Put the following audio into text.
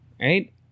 right